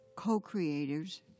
co-creators